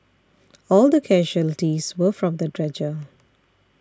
all the casualties were from the dredger